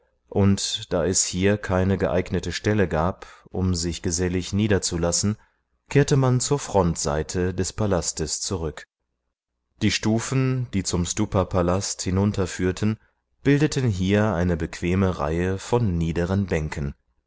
und da es hier keine geeignete stelle gab um sich gesellig niederzulassen kehrte man zur frontseite des palastes zurück die stufen die zum stupaplatz hinunterführten bildeten hier eine bequeme reihe von niederen bänken